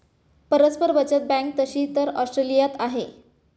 परस्पर बचत बँक तशी तर ऑस्ट्रेलियात आहे